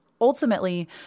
ultimately